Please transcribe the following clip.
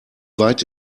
weit